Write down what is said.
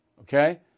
okay